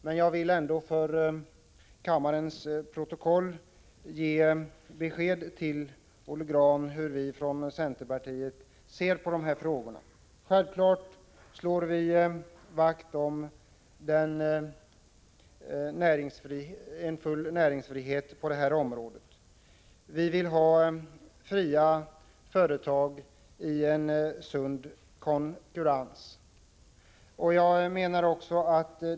Men jag vill ändå för riksdagens protokoll ge Olle Grahn besked om hur vi från centern ser på dessa frågor. Självklart slår vi vakt om full näringsfrihet på detta område. Vi vill ha fria företag i en sund konkurrens.